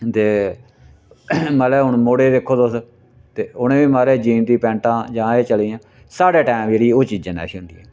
ते मतलब हून मुड़े दिक्खो तोस ते उ'नें बी महाराज जीन दी पैंटां जां एह् चली दियां साढ़े टैम जेह्ड़ी ओह् चीजां नेथी होदियां हियां